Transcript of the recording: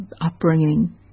upbringing